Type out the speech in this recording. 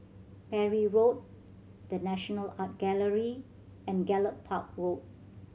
Parry Road The National Art Gallery and Gallop Park Road